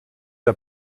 der